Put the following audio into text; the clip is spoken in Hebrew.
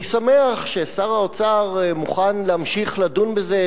אני שמח ששר האוצר מוכן להמשיך לדון בזה,